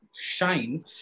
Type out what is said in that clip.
shine